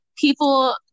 people